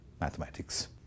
mathematics